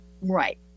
Right